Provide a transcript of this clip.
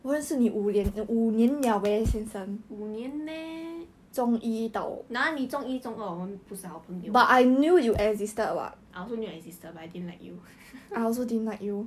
五年 meh 哪里中一中二我们不是好朋友 I also knew you existed I didn't like you